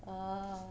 ah